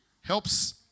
helps